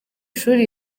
shuri